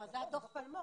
זה היה דוח פלמור.